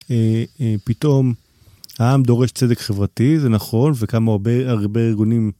פתאום, העם דורש צדק חברתי, זה נכון, וקמו הרבה ארגונים...